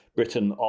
Britain